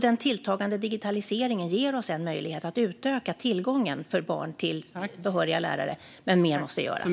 Den tilltagande digitaliseringen ger oss en möjlighet att utöka tillgången för barn till behöriga lärare. Men mer måste göras.